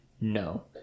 No